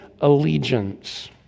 allegiance